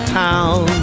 town